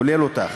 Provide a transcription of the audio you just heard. כולל אותי.